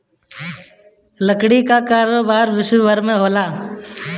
लकड़ी कअ कारोबार विश्वभर में होला